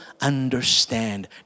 understand